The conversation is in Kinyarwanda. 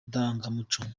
ndangamuco